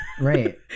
Right